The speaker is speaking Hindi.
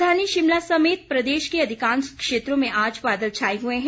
राजधानी शिमला समेत प्रदेश के अधिकांश क्षेत्रों में आज बादल छाए हुए हैं